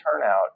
turnout